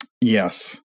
Yes